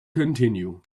continue